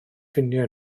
ffeindio